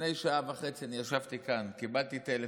לפני שעה וחצי אני ישבתי כאן, קיבלתי טלפון,